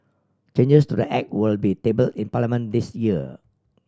changes to the Act will be table in Parliament this year